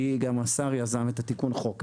כי גם השר יזם את תיקון החוק הזה.